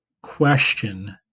question